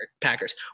Packers